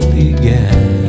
began